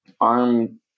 arm